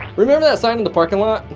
remember that sign in the parking lot?